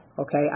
okay